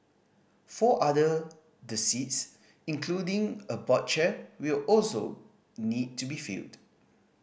four other the seats including a board chair will also need to be filled